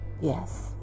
Yes